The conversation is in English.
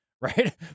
Right